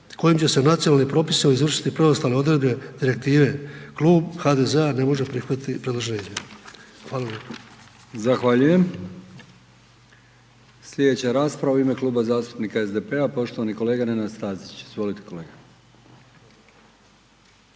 kojim će se nacionalni propisi izvršiti preostale odredbe direktive. Klub HDZ-a ne može prihvatiti predložene izmjene. **Brkić, Milijan (HDZ)** Zahvaljujem. Sljedeća rasprava u ime Kluba zastupnika SDP-a poštovani kolega Nenad Stazić, izvolite kolega.